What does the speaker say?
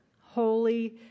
holy